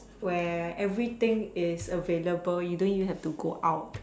where everything is available you don't even have to go out